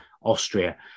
Austria